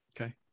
Okay